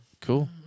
cool